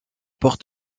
porte